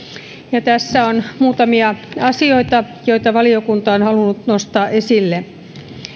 ja tässä on muutamia asioita joita valiokunta on halunnut nostaa esille